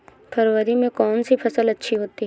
फरवरी में कौन सी फ़सल अच्छी होती है?